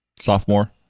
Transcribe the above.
sophomore